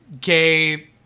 gay